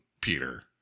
Peter